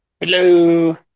Hello